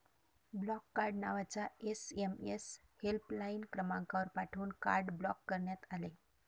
block card नावाचा SMS helpline क्रमांकावर पाठवून कार्ड ब्लॉक करण्यात आले